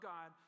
God